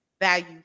value